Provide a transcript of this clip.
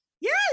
yes